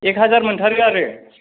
एक हाजार मोनथारो आरो